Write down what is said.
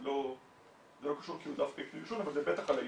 זה לא קשור דווקא לעישון אבל זה בטח בעישון.